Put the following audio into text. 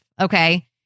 okay